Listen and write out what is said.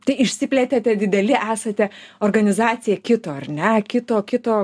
tai išsiplėtėte dideli esate organizacija kito ar ne kito kito